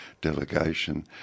delegation